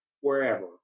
wherever